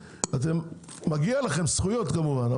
מגיע לכם זכויות כמובן,